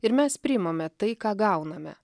ir mes priimame tai ką gauname